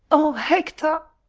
o hector!